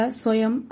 soyam